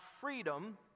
freedom